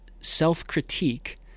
Self-critique